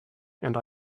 and